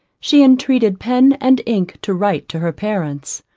she entreated pen and ink to write to her parents.